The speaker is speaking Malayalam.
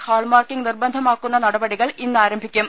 ഹാൾമാർക്കിംഗ് നിർബന്ധമാക്കുന്ന നടപടികൾ ഇന്ന് ആരംഭിക്കും